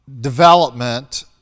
development